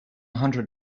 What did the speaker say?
hundred